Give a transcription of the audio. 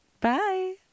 Bye